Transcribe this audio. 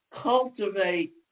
cultivate